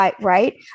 Right